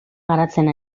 garatzen